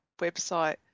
website